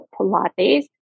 Pilates